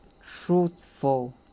truthful